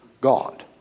God